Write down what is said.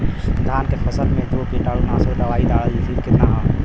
धान के फसल मे जो कीटानु नाशक दवाई डालब कितना?